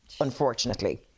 unfortunately